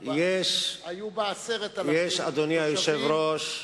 היו בה 10,000 תושבים,